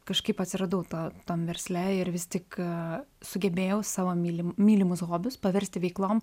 kažkaip atsiradau ta tam versle ir vis tik sugebėjau savo mylim mylimus hobius paversti veiklom